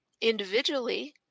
individually